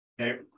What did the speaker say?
Okay